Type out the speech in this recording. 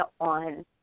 on